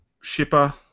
shipper